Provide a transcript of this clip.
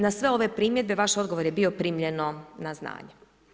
Na sve ove primjedbe vaš odgovor je bio primljeno na znanje.